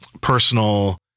personal